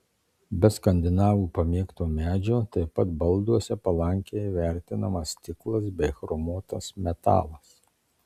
be skandinavų pamėgto medžio taip pat balduose palankiai vertinamas stiklas bei chromuotas metalas